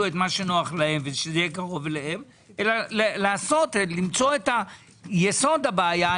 מה שנוח להם ושזה יהיה קרוב אליהם אלא למצוא את יסוד הבעיה.